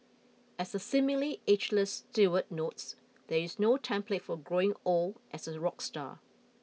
as the seemingly ageless Stewart notes there is no template for growing old as a rock star